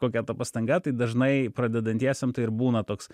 kokia ta pastanga tai dažnai pradedantiesiem tai ir būna toks